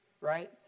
right